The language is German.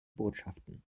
botschaften